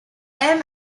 aime